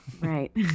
Right